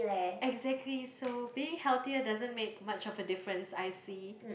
exactly so being healthier doesn't make much of a difference I see